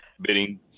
bidding